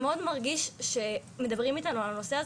מאוד מרגיש שמדברים איתנו על הנושא הזה,